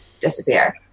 disappear